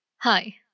Hi